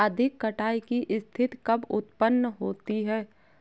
अधिक कटाई की स्थिति कब उतपन्न होती है?